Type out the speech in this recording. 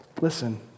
Listen